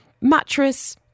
mattress